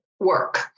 work